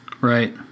Right